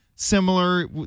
Similar